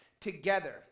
together